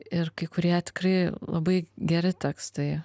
ir kai kurie tikrai labai geri tekstai